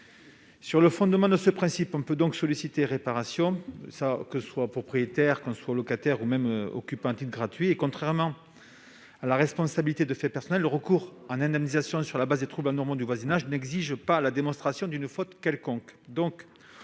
Sur le fondement de ce principe, on peut donc solliciter réparation, que l'on soit propriétaire, locataire ou occupant à titre gratuit. Contrairement à la responsabilité du fait personnel, le recours en indemnisation sur le fondement de troubles anormaux de voisinage n'exige pas la démonstration d'une faute quelconque.